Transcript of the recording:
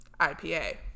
IPA